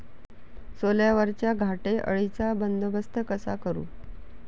सोल्यावरच्या घाटे अळीचा बंदोबस्त कसा करू?